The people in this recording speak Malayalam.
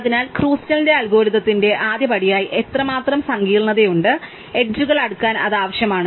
അതിനാൽ ക്രുസ്കലിന്റെ അൽഗോരിതംസിന്റെ ആദ്യപടിയായി എത്രമാത്രം സങ്കീർണതയുണ്ട് എഡ്ജുകൾ അടുക്കാൻ അത് ആവശ്യമാണ്